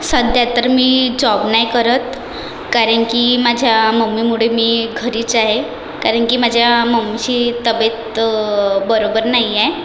सध्या तर मी जॉब नाही करत कारण की माझ्या मम्मीमुळे मी घरीच आहे कारण की माझ्या मम्मीची तब्येत बरोबर नाही आहे